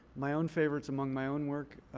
my own favorites among my own work,